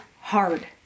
hard